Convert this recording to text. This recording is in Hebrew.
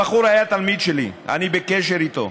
הבחור היה תלמיד שלי, אני בקשר איתו.